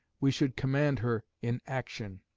we should command her in action.